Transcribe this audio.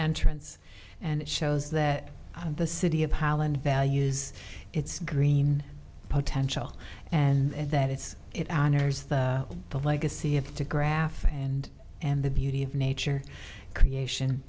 entrance and it shows that the city of holland values its green potential and that it's it honors the the legacy of to graph and and the beauty of nature creation